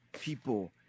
people